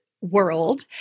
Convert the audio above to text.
world